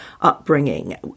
upbringing